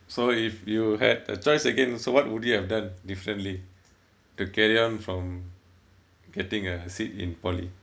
so if you had a choice again so what would you have done differently to carry on from getting a seat in poly